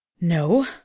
No